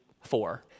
four